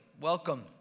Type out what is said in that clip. Welcome